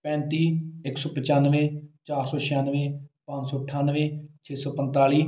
ਪੈਂਤੀ ਇੱਕ ਸੌ ਪਚਾਨਵੇਂ ਚਾਰ ਸੌ ਛਿਆਨਵੇਂ ਪੰਜ ਸੌ ਅਠਾਨਵੇਂ ਛੇ ਸੌ ਪੰਨਤਾਲੀ